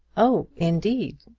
oh, indeed!